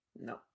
No